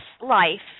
life